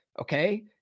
okay